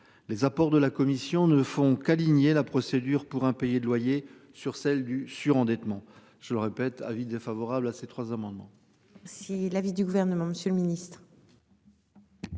les apports de la commission ne font qu'aligner la procédure pour impayés de loyer sur celle du surendettement. Je le répète, avis défavorable à ces trois amendements.